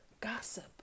Gossip